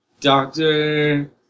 doctor